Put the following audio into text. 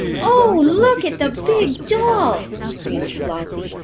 oh, look at the big doll! screamed flossie,